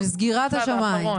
של סגירת השמים.